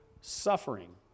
suffering